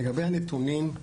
לגבי הנתונים,